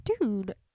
Dude